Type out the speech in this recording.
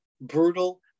brutal